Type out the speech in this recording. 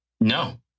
No